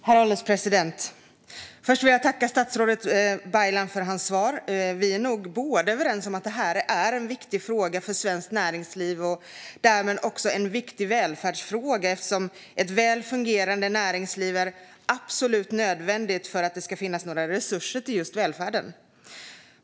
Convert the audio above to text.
Herr ålderspresident! Först vill jag tacka statsrådet Ibrahim Baylan för svaret. Vi är nog överens om att det här är en viktig fråga för svenskt näringsliv och därmed också en viktig välfärdsfråga, eftersom ett väl fungerande näringsliv är absolut nödvändigt för att det ska finnas några resurser till just välfärden.